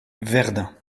verdun